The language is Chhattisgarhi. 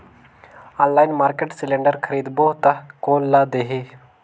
ऑनलाइन मार्केट सिलेंडर खरीदबो ता कोन ला देही?